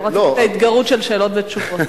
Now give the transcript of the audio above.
אז לא רציתי את ההתגרות של שאלות ותשובות.